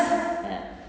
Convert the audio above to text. was ya